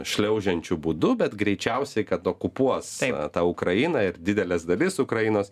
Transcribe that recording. šliaužiančiu būdu bet greičiausiai kad okupuos tą ukrainą ir didelės dalis ukrainos